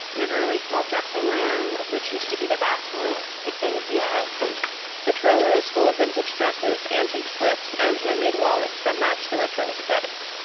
we have a really small dressing room, which used to be the bathroom. it's in here the trailer is full of vintage dresses, antique slips and handmade wallets that match the retro aesthetic.